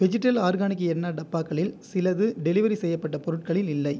vegetal organic henna டப்பாக்களில் சிலது delivery செய்யப்பட்ட பொருட்களில் இல்லை